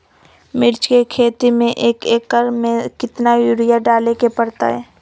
मिर्च के खेती में एक एकर में कितना यूरिया डाले के परतई?